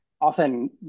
often